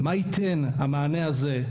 מה ייתן המענה הזה.